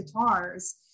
Guitars